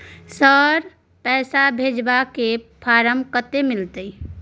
Sir, पैसा भेजबाक form कत्ते मिलत?